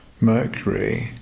Mercury